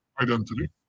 identity